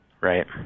right